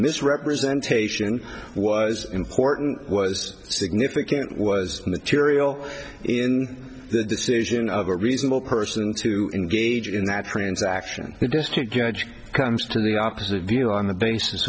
misrepresentation was important was significant was material in the decision of a reasonable person to engage in that transaction the district judge comes to the opposite view on the basis